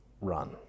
run